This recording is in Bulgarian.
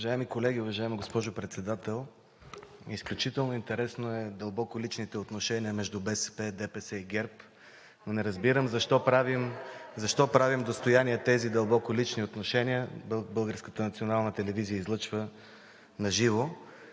Уважаеми колеги, уважаема госпожо Председател! Изключително интересни са дълбоко личните отношения между БСП, ДПС и ГЕРБ (шум и реплики от ГЕРБ-СДС), но не разбирам защо правим достояние тези дълбоко лични отношения? Българската национална телевизия излъчва на живо.